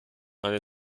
eine